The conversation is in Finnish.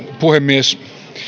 puhemies